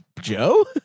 Joe